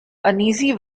uneasy